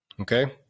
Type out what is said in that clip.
Okay